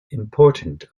important